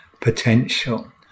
potential